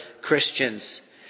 Christians